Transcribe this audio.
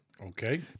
Okay